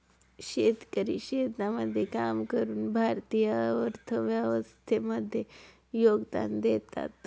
शेतकरी शेतामध्ये काम करून भारतीय अर्थव्यवस्थे मध्ये योगदान देतात